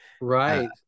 Right